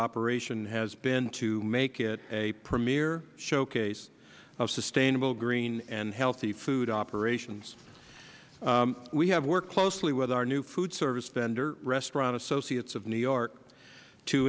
operation has been to make it a premier showcase of sustainable green and healthy food operations we have worked closely with our new food service vendor restaurant associates of new york to